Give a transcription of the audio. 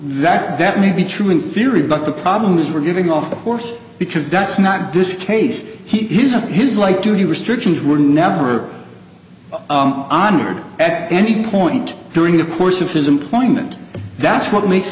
that that may be true in theory but the problem is we're giving off the horse because that's not this case he's on his light duty restrictions were never honored at any point during the course of his employment that's what makes